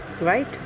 right